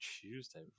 Tuesday